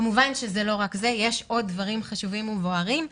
כמובן שזה לא רק זה, יש עוד דברים חשובים ובוערים.